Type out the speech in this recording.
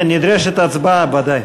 כן, נדרשת הצבעה, בוודאי.